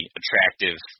attractive